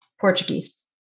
Portuguese